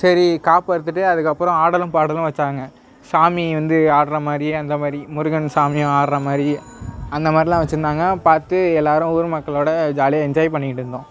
சரி காப்பு அறுத்துவிட்டு அதுக்கப்புறம் ஆடலும் பாடலும் வைச்சாங்க சாமி வந்து ஆடுகிற மாதிரி அந்த மாதிரி முருகன் சாமி ஆடுகிற மாதிரி அந்த மாதிரிலாம் வச்சுருந்தாங்க பார்த்து எல்லாேரும் ஊர் மக்களோட ஜாலியாக என்ஜாய் பண்ணிகிட்ருந்தோம்